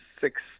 six